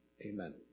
Amen